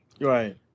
Right